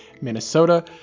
Minnesota